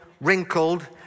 wrinkled